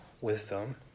wisdom